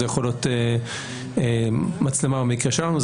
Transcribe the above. זאת יכולה להיות מצלמה במקרה שלנו,